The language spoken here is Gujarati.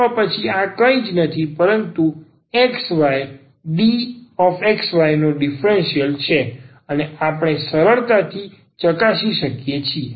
તો પછી આ કંઈ નથી પરંતુ xy dxyનો ડીફરન્સીયલ છે અને આપણે સરળતાથી ચકાસી શકીએ છીએ